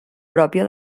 pròpia